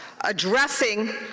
addressing